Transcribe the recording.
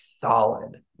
solid